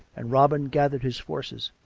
and robin gathered his forces.